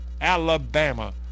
Alabama